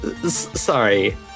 sorry